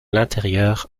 l’intérieur